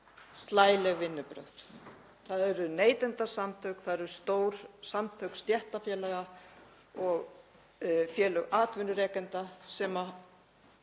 slæleg vinnubrögð. Það eru neytendasamtök, það eru stór samtök stéttarfélaga og félög atvinnurekenda sem